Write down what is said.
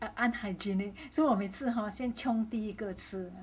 unhygienic so 我每次 hor 先 chiong 第一个吃